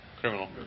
Criminal